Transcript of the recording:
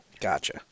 Gotcha